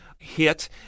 hit